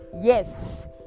Yes